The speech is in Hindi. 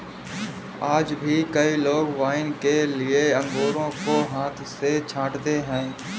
आज भी कई लोग वाइन के लिए अंगूरों को हाथ से ही छाँटते हैं